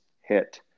hit